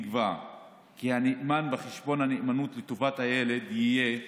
נקבע כי הנאמן בחשבון הנאמנות לטובת הילד יהיה